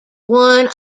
one